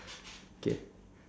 K